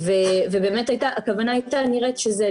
באמת הכוונה הייתה נראית שזה